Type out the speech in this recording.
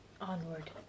Onward